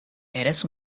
eres